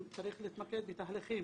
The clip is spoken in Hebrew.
צריך להתמקד בתהליכים.